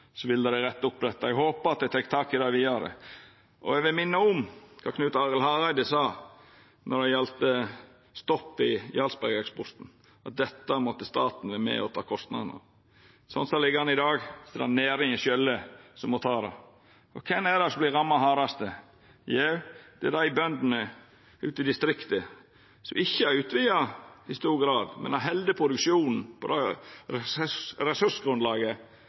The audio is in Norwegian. så dramatisk som det er gjort. Eg hadde nok hatt forventingar om at med Kristeleg Folkeparti i førarsetet ville dei retta opp dette. Eg håpar dei tek tak i det vidare. Eg vil minna om at Knut Arild Hareide, når det gjaldt stopp i Jarlsberg-eksporten, sa at dette måtte staten vera med og ta kostnadane av. Sånn som det ligg an i dag, er det næringa sjølv som må ta det. Og kven er det som vert ramma hardast? Jo, det er dei bøndene ute i distrikta som ikkje har utvida i stor grad, men